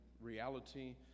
reality